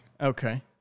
Okay